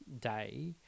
day